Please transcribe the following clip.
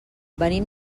venim